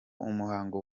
umuhango